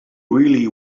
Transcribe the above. really